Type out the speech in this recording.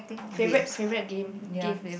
favourite favourite game games